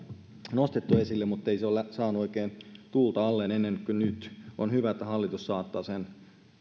nostettu esille mutta ei se ole saanut oikein tuulta alleen ennen kuin nyt on hyvä että hallitus saattaa sen